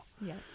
yes